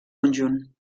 conjunt